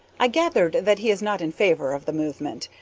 i gathered that he is not in favor of the movement.